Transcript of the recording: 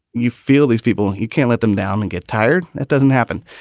you feel these people. you can't let them down and get tired. it doesn't happen.